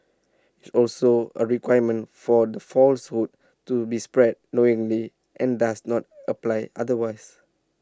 it's also A requirement for the falsehood to be spread knowingly and does not apply otherwise